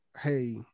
Hey